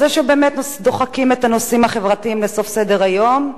אז או שבאמת דוחקים את הנושאים החברתיים לסוף סדר-היום,